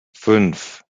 fünf